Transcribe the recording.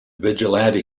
vigilante